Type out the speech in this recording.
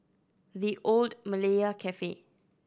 The Old Malaya Cafe